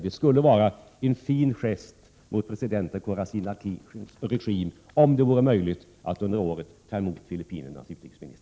Det vore en fin gest mot president Corazön Aquinos regim att om möjligt under årets lopp ta emot Filippinernas utrikesminister.